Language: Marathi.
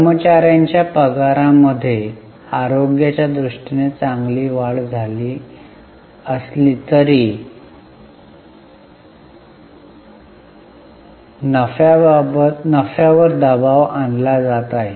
कर्मचार्यांच्या पगारामध्ये आरोग्याच्या दृष्टीने चांगली वाढ झाली असली तरी नफ्यावर दबाव आणला जात आहे